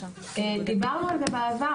את,